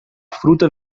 fruta